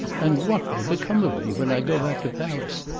and what will become of me when i go back to paris,